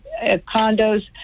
condos